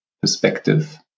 perspective